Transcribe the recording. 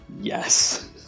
Yes